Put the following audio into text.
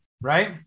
right